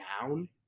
down